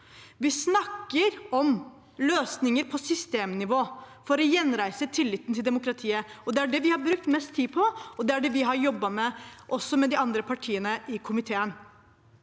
Vi snakker om løsninger på systemnivå for å gjenreise tilliten til demokratiet. Det er det vi har brukt mest tid på, og det er det vi har jobbet med også med de andre partiene i komiteen.